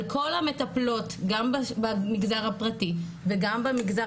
על כל המטפלות גם במגזר הפרטי וגם במגזר